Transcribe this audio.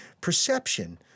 perception